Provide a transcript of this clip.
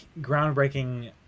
groundbreaking